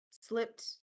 slipped